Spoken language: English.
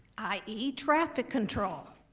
i e. traffic control.